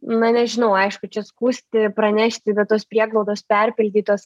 na nežinau aišku čia skųsti pranešti bet tos prieglaudos perpildytos